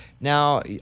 now